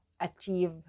achieve